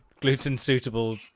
gluten-suitable